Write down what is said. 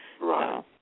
Right